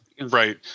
Right